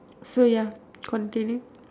so ya continue